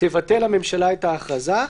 תבטל הממשלה את ההכרזה.